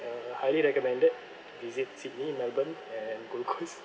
uh highly recommended visit sydney melbourne and gold coast